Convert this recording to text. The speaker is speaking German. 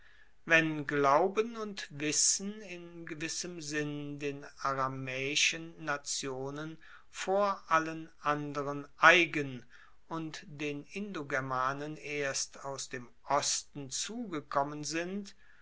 wenn glauben und wissen in gewissem sinn den aramaeischen nationen vor allen anderen eigen und den indogermanen erst aus dem osten zugekommen sind